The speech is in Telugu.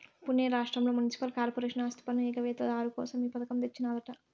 పునే రాష్ట్రంల మున్సిపల్ కార్పొరేషన్ ఆస్తిపన్ను ఎగవేత దారు కోసం ఈ పథకం తెచ్చినాదట